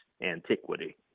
antiquity